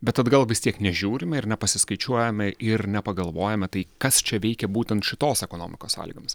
bet atgal vis tiek nežiūrime ir nepasiskaičiuojame ir nepagalvojame tai kas čia veikia būtent šitos ekonomikos sąlygomis